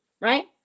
right